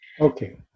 Okay